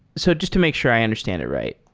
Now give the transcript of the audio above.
so just to make sure i understand it right.